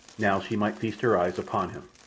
now she might feast her eyes upon him.